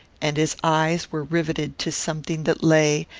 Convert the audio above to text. and his eyes were riveted to something that lay,